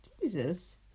Jesus